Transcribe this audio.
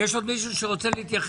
יש עוד מישהו שרוצה להתייחס?